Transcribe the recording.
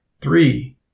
three